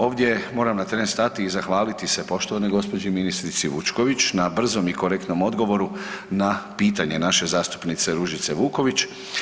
Ovdje moram na tren stati i zahvaliti se poštovanoj gospođi ministrici Vučković na brzom i korektnom odgovoru na pitanje naše zastupnice Ružice Vuković.